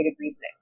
reasoning